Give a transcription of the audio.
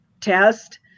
test